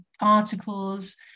articles